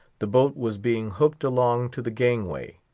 the boat was being hooked along to the gangway.